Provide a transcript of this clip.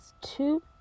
two